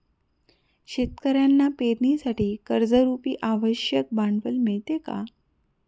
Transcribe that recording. शेतकऱ्यांना पेरणीसाठी कर्जरुपी आवश्यक भांडवल मिळते का?